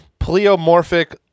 pleomorphic